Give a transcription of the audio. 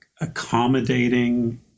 accommodating